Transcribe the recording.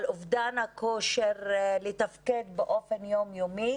על אובדן הכושר לתפקד באופן יום יומי,